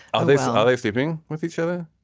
are they so are they sleeping with each other.